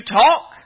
talk